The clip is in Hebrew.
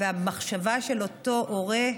והמחשבה של אותו הורה,